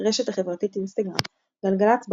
ברשת החברתית אינסטגרם גלגלצ,